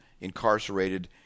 incarcerated